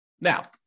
Now